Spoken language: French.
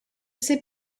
ses